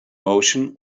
motion